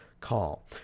call